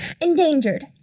Endangered